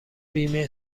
بیمه